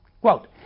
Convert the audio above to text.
Quote